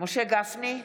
משה גפני,